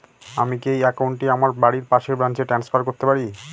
আমি কি এই একাউন্ট টি আমার বাড়ির পাশের ব্রাঞ্চে ট্রান্সফার করতে পারি?